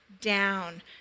down